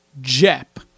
Jep